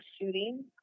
shooting